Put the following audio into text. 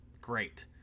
Great